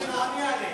אמרתי שאין לי בעיה,